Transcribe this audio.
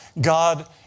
God